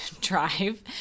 drive